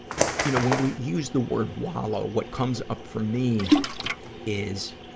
you know, when we use the word wallow, what comes up for me is,